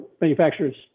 manufacturers